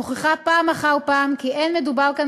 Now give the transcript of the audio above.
מוכיחה פעם אחר פעם כי אין מדובר כאן